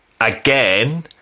again